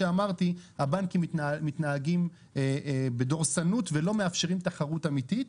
אמרתי הבנקים מתנהגים בדורסנות ולא מאפשרים תחרות אמיתית.